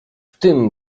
tym